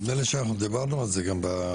נדמה לי שאנחנו דיברנו על זה גם --- נכון.